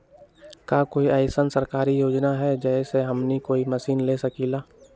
का कोई अइसन सरकारी योजना है जै से हमनी कोई मशीन ले सकीं ला?